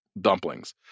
dumplings